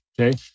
Okay